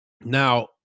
Now